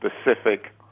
specific